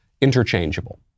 interchangeable